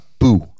boo